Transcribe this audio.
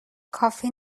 کافی